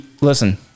listen